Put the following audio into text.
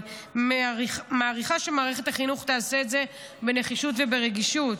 אני מעריכה שמערכת החינוך תעשה את זה בנחישות וברגישות.